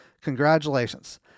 congratulations